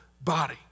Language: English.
body